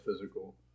physical